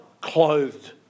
clothed